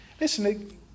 listen